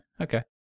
okay